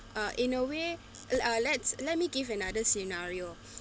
uh in a way uh let's let me give another scenario